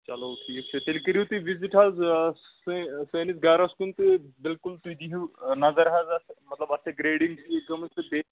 چلو ٹھیٖک چُھ تیٚلہِ کٔرِو تُہۍ وِزِٹ حظ آ سٲ سٲنِس گرس کُن تہٕ بِلکُل تُہۍ دِیہِو نظر حظ اتھ مطلب اتھ چھا گرٛیڈنٛگ ٹھیٖک گٲمٕژ تہ بیٚیہِ